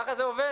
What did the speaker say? ככה זה עובד.